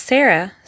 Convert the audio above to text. Sarah